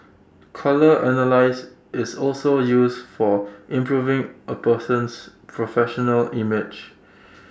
colour analysis is also use for improving A person's professional image